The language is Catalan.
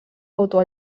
autor